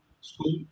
school